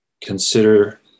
consider